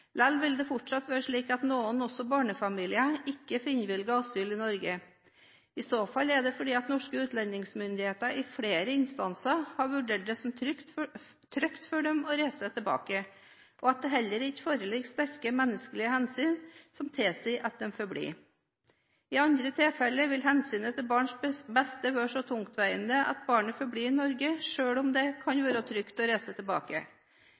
Likevel vil det fortsatt være slik at noen, også barnefamilier, ikke får innvilget asyl i Norge. I så fall er det fordi norske utlendingsmyndigheter i flere instanser har vurdert det som trygt for dem å reise tilbake, og det heller ikke foreligger sterke menneskelige hensyn som tilsier at de får bli. I andre tilfeller vil hensynet til barnets beste være så tungtveiende at barnet får bli i Norge, selv om det kan være trygt å reise tilbake.